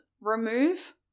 remove